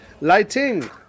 Lighting